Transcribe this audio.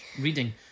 Reading